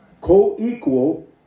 Co-equal